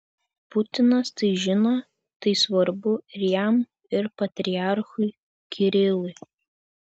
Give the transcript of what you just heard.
putinas tai žino tai svarbu ir jam ir patriarchui kirilui